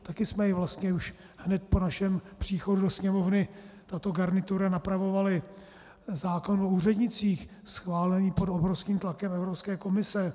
Taky jsme vlastně už hned po našem příchodu do Sněmovny, tato garnitura, napravovali zákon o úřednících schválený pod obrovským tlakem Evropské komise.